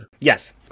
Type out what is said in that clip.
Yes